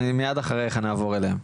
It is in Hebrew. מיד אחריך אנחנו נעבור אליהם.